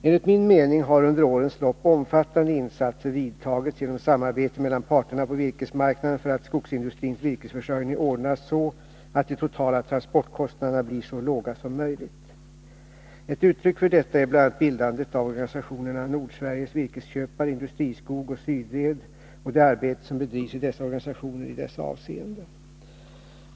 Enligt min mening har under årens lopp omfattande insatser gjorts genom samarbete mellan parterna på virkesmarknaden för att skogsindustrins virkesförsörjning skall ordnas så att de totala transportkostnaderna blir så låga som möjligt. Ett uttryck för detta är bl.a. bildandet av organisationerna Nordsveriges virkesköpare, Industriskog och Sydved och det arbete som bedrivs i dessa organisationer i dessa avseenden.